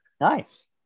Nice